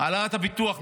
העלאת הביטוח הלאומי,